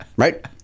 Right